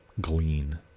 glean